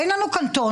אין לנו קנטונים.